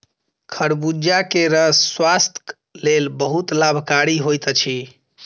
खरबूजा के रस स्वास्थक लेल बहुत लाभकारी होइत अछि